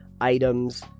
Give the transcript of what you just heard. Items